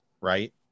Right